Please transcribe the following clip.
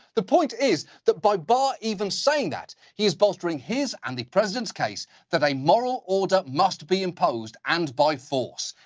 the point is that by barr even saying that, he is bolstering his and the president's case that a moral order must be imposed and by force.